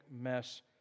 mess